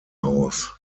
aus